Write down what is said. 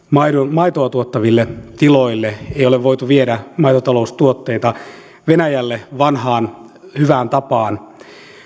maitoa tuottaville tiloille ei ole voitu viedä maitotaloustuotteita venäjälle vanhaan hyvään tapaan